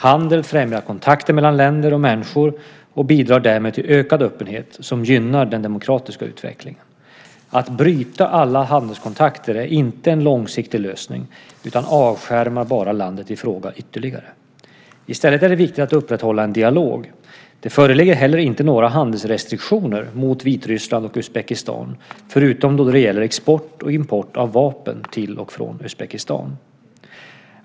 Handel främjar kontakter mellan länder och människor och bidrar därmed till ökad öppenhet som gynnar den demokratiska utvecklingen. Att bryta alla handelskontakter är inte en långsiktig lösning utan avskärmar bara landet i fråga ytterligare. I stället är det viktigt att upprätthålla en dialog. Det föreligger heller inte några handelsrestriktioner mot Vitryssland och Uzbekistan förutom då det gäller export och import av vapen till och från Uzbekistan.